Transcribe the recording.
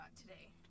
today